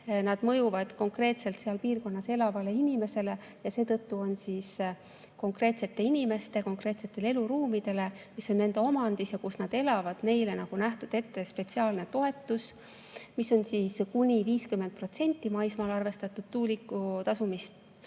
mõjuvad nad konkreetselt seal piirkonnas elavale inimesele ja seetõttu on konkreetsete inimeste konkreetsetele eluruumidele, mis on nende omandis ja kus nad elavad, nähtud ette spetsiaalne toetus, mis on kuni 50% maismaal arvestatud tuuliku talumise